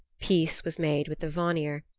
peace was made with the vanir.